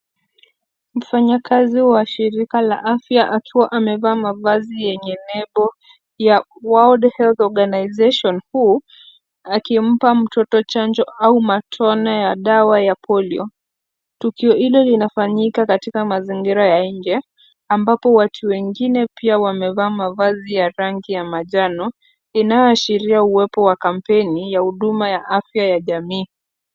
Mfanyakazi wa shirika la afya akiwa amevaa mavazi yenye nembo ya World Health Organization WHO akimpa mtoto chanjo au matone ya dawa ya polio . Tukio hilo linafanyika katika mazingira ya nje ambapo watu wengine pia wamevaa mavazi ya rangi ya manjano inayoashiria uwepo wa kampeni ya huduma ya afya ya jamii.